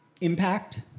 impact